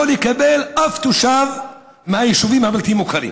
לא לקבל אף תושב מהיישובים הבלתי-מוכרים.